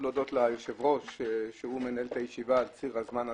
להודות ליושב-ראש שמנהל את הישיבה על ציר הזמן הזה,